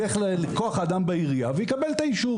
ילך לכוח אדם בעירייה ויקבל את האישור.